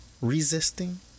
resisting